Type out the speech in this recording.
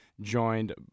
joined